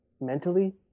mentally